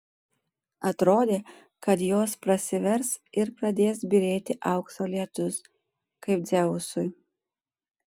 atrodė kad jos prasivers ir pradės byrėti aukso lietus kaip dzeusui